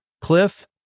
cliff